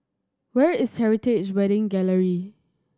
where is Heritage Wedding Gallery